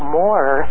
more